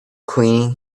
cleaning